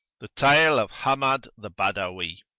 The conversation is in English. the tale of hammad the badawi.